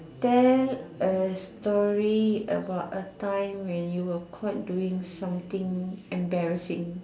then a story about a time when you were caught doing something embarrassing